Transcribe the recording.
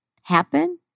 happen